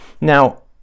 Now